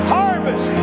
harvest